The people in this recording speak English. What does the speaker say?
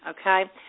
okay